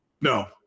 No